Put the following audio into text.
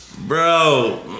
Bro